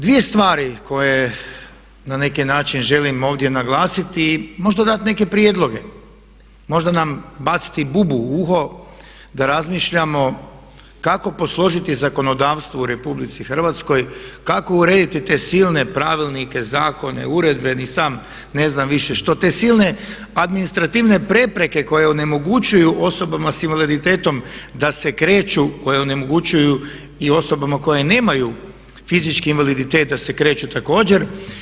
Dvije stvari koje na neki način želim ovdje naglasiti i možda dati neke prijedloge, možda nam baciti bubu u uho da razmišljamo kako posložiti zakonodavstvo u RH, kako urediti te silne pravilnike, zakone, uredbe, ni sam ne znam više što, te silne administrativne prepreke koje onemogućuju osobama sa invaliditetom da se kreću, koje onemogućuju i osobama koje nemaju fizički invaliditet da se kreću također.